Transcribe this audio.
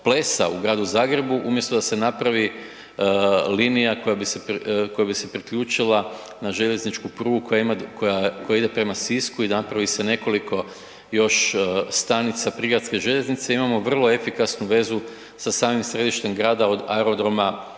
u gradu Zagrebu umjesto da se napravi linija koja bi se priključila na željezničku prugu koja ide prema Sisku i napravi se nekoliko još stanica prigradske željeznice, imamo vrlo efikasnu vezu sa samim središtem grada od aerodrom